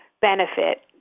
benefit